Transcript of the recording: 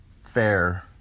fair